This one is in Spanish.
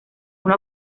una